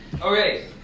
Okay